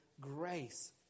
grace